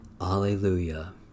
Alleluia